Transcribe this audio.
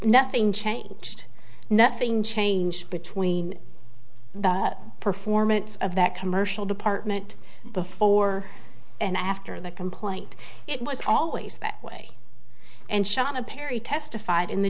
nothing changed nothing changed between the performance of that commercial department before and after the complaint it was always that way and seanna perry testified in the